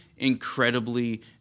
incredibly